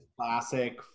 classic